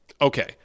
Okay